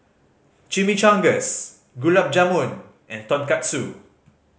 Chimichangas Gulab Jamun and Tonkatsu